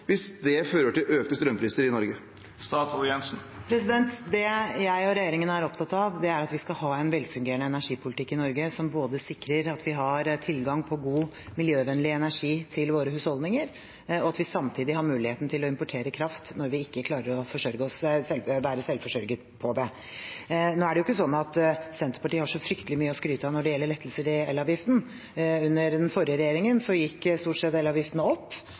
hvis det fører til økte strømpriser i Norge? Det jeg og regjeringen er opptatt av, er at vi skal ha en velfungerende energipolitikk i Norge som både sikrer at vi har tilgang på god, miljøvennlig energi til våre husholdninger, og at vi samtidig har muligheten til å importere kraft når vi ikke klarer å være selvforsørget med det. Nå er det ikke sånn at Senterpartiet har så fryktelig mye å skryte av når det gjelder lettelser i elavgiften. Under den forrige regjeringen gikk elavgiften stort sett opp,